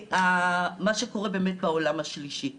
מה שקורה באמת, בעולם השלישי,